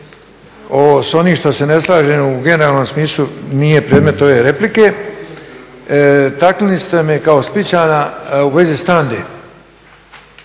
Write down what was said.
S onim što se ne slažem u generalnom smislu nije predmet ove replike. Taknili ste me kao splićana u vezi Standa-e.